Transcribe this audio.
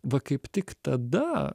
va kaip tik tada